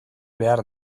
behar